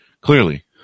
clearly